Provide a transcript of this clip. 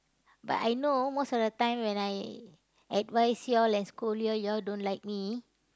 but I know most of the time when I advise you all and scold you all you all don't like me